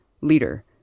leader